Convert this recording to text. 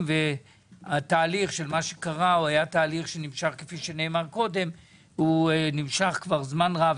- והתהליך היה תהליך שנמשך כבר זמן רב,